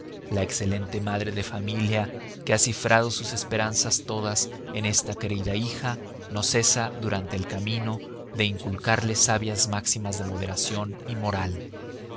la excelente madre de familia que ha cifrado sus esperanzas todas en esta querida hija no cesa durante el camino de inculcarle sabias máximas de moderación y moral